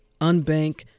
unbank